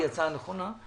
היא הצעה נכונה.